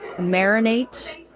marinate